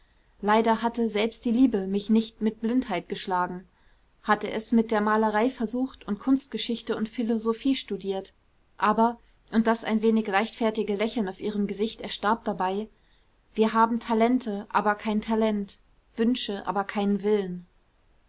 leider hatte selbst die liebe mich nicht mit blindheit geschlagen hatte es mit der malerei versucht und kunstgeschichte und philosophie studiert aber und das ein wenig leichtfertige lächeln auf ihrem gesicht erstarb dabei wir haben talente aber kein talent wünsche aber keinen willen